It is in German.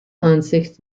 ansicht